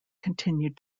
continued